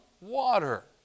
water